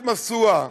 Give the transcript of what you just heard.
שמדליקים משואה